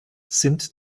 sind